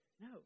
No